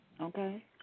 Okay